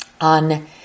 On